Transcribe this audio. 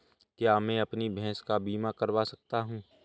क्या मैं अपनी भैंस का बीमा करवा सकता हूँ?